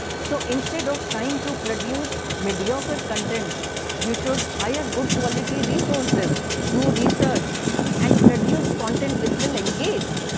so instead of trying to produce mediocre content you should hire good quality resources, do research and produce content which will engage.